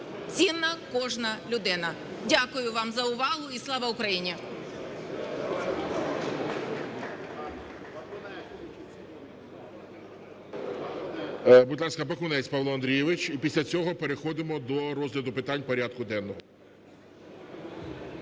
цінна кожна людина. Дякую вам за увагу. І слава Україні!